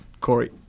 Corey